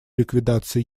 ликвидации